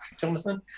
jonathan